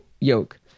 yoke